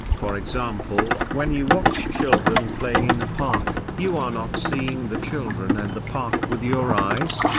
for example, when you watch children playing in a park, you are not seeing the children and the park with your eyes,